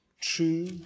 true